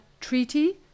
treaty